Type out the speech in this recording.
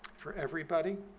for everybody